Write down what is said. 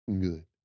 good